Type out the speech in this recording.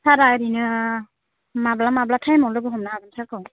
सारआ ओरैनो माब्ला माब्ला टाइमाव लोगो हमनो हागोन सारखौ